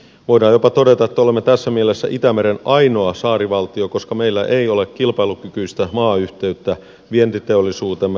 voidaan jopa todeta että olemme tässä mielessä itämeren ainoa saarivaltio koska meillä ei ole kilpailu kykyistä maayhteyttä vientiteollisuutemme päämarkkina alueelle keski eurooppaan